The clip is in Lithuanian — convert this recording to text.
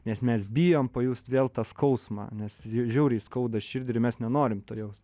nes mes bijom pajusti vėl tą skausmą nes žiauriai skauda širdį ir mes nenorim to jaust